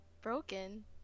Broken